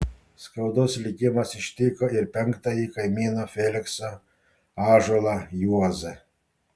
skaudus likimas ištiko ir penktąjį kaimyno felikso ąžuolą juozą